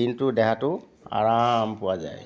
দিনটো দেহাটো আৰাম পোৱা যায়